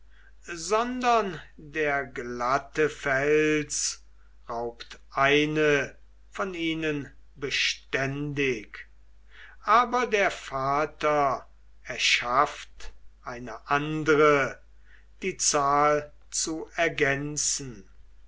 sondern der glatte fels raubt eine von ihnen beständig aber der vater erschafft eine andre die zahl zu ergänzen